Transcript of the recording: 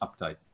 update